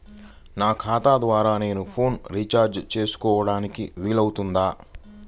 నా ఖాతా ద్వారా నేను ఫోన్ రీఛార్జ్ చేసుకోవడానికి వీలు అవుతుందా?